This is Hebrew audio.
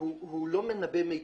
הוא לא מנבא מיטבי.